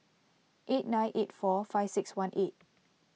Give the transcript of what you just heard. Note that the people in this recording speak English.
eight nine eight four five six one eight